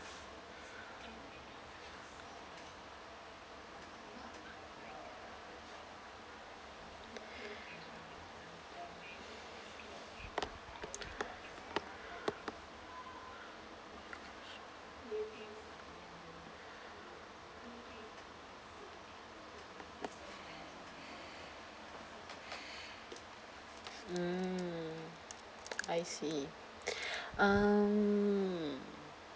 mm I see um